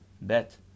Bet